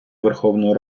верховної